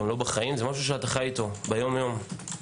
זה משהו שאתה חי איתו ביום יום.